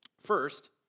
First